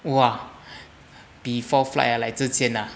!wah! before flight ah like 之前 ah